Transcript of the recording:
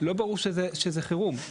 לא ברור שזה חירום.